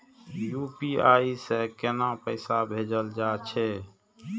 UPI से केना पैसा भेजल जा छे?